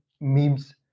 memes